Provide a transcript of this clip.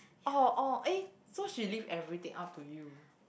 orh hor orh eh so she leave everything up to you